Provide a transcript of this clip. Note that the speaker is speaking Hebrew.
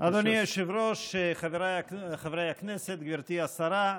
אדוני היושב-ראש, חבריי חברי הכנסת, גברתי השרה,